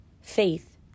faith